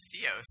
theos